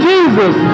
Jesus